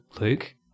Luke